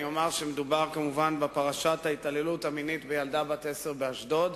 מדובר כמובן בפרשת ההתעללות המינית בילדה בת עשר באשדוד.